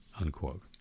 unquote